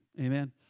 Amen